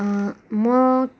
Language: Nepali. म